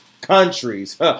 countries